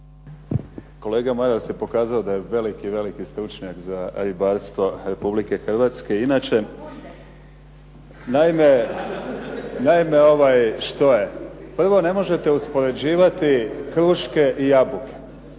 Kolega Maras je pokazao da je veliki, veliki stručnjak za ribarstvo Republike Hrvatske. Naime, evo što je. Prvo ne možete uspoređivati kruške i jabuke